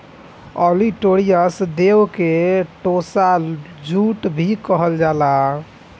olitorius देव के tossa jute भी कहल जाला